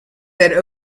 that